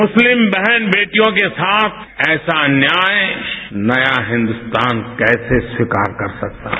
मुस्लिम बहन बेटियों के साथ ऐसा अन्याय नया हिन्द्स्तान कैसे स्वीकार कर सकता है